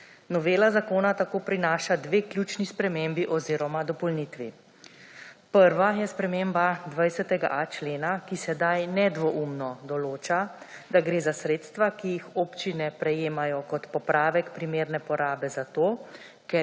Novela zakona tako prinaša dve ključni spremembi oziroma dopolnitvi. Prva je sprememba 20.a člena, ki sedaj nedvoumno določa, da gre za sredstva, ki jih občine prejemajo kot popravek primerne porabe zato,